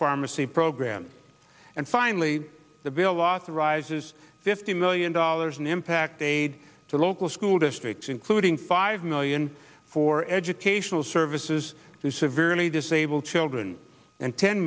pharmacy program and finally the veil authorizes fifty million dollars in impact aid to local school districts including five million for educational services to severely disabled children and ten